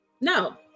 No